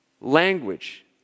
language